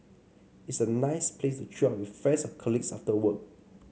it's a nice place to chill with friends or colleagues after work